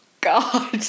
God